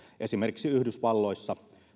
esimerkiksi yhdysvalloissa